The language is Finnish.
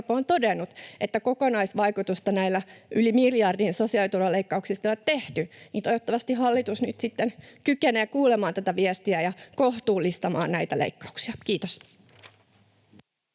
on todennut, että kokonaisvaikutusarviota näistä yli miljardin sosiaaliturvaleikkauksista ei ole tehty, niin toivottavasti hallitus nyt sitten kykenee kuulemaan tätä viestiä ja kohtuullistamaan näitä leikkauksia. — Kiitos.